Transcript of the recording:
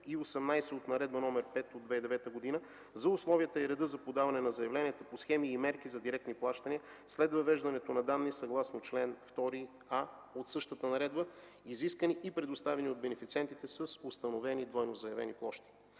и 18 от Наредба № 5 от 2009 г. за условията и реда за подаване на заявленията по схеми и мерки за директни плащания, след въвеждането на данни, съгласно чл. 2а от същата наредба, изискани и предоставени от бенефициентите с установени двойно заявени площи.